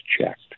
checked